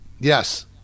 Yes